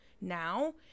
now